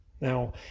Now